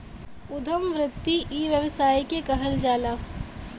उद्यम वृत्ति इ व्यवसाय के कहल जाला